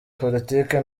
politike